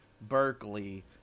Berkeley